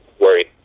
worried